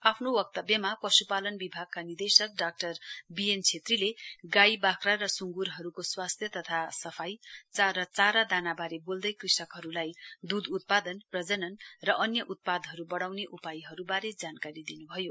आफ्नो वक्तव्यमा पशुपालन विभागका निर्देशक डाक्टर बी एन छेत्रीले गाई बाख्रा र सुगुरहरूको स्वास्थ्य तथा सफाई चारा दानाबारे बोल्दै कृषकहरूली दूध उत्पादनप्रजनन रअन्य उत्पादहरू बढाउने उपायहरूबारे जानकारी दिन्भयो